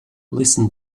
listen